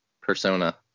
persona